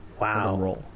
Wow